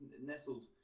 nestled